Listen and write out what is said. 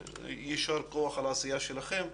יישר כוח על העשייה שלכם.